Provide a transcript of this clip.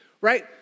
right